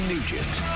Nugent